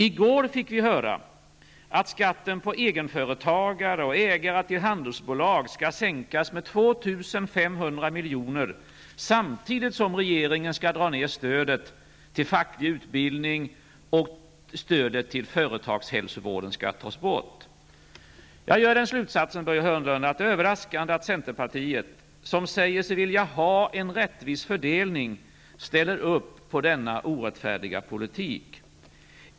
I går fick vi höra att skatten för egenföretagare och ägare till handelsbolag skall sänkas med 2 500 miljoner samtidigt som regeringen skall dra ner stödet till facklig utbildning och stödet till företagshälsovården skall tas bort. Jag drar den slutsatsen att det är överraskande att centerpartiet, som säger sig vilja ha en rättvis fördelning, ställer upp på denna orättfärdiga politik.